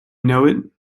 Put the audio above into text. know